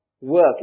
work